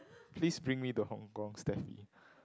please bring me to Hong-Kong Steffi